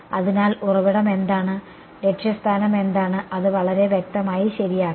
അതിനാൽ ഉറവിടം എന്താണ് ലക്ഷ്യസ്ഥാനം എന്താണ് അത് വളരെ വ്യക്തമായി ശരിയാക്കണം